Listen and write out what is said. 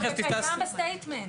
זה קיים ב- statement.